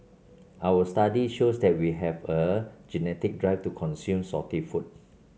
our study shows that we have a genetic drive to consume salty food